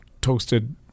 toasted